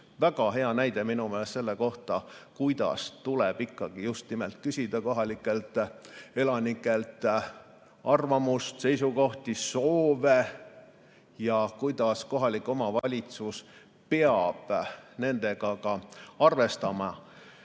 väga hea näide minu meelest selle kohta, kuidas tuleb ikkagi just nimelt küsida kohalikelt elanikelt arvamust, seisukohti, soove ja kuidas kohalik omavalitsus peab nendega ka arvestama.